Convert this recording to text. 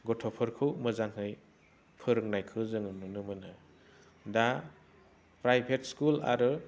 गथ'फोरखौ मोजाङै फोरोंनायखौ जों नुनो मोनो दा प्राइभेट स्कुल आरो